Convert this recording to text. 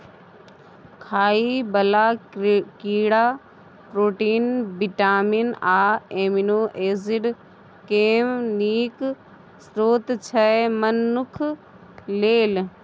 खाइ बला कीड़ा प्रोटीन, बिटामिन आ एमिनो एसिड केँ नीक स्रोत छै मनुख लेल